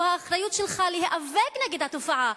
זו האחריות שלך להיאבק נגד התופעה.